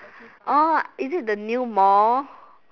orh is it the new Mall